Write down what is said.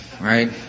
right